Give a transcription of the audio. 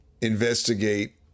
investigate